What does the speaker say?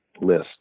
list